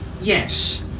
yes